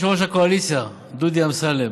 יושב-ראש הקואליציה דודי אמסלם,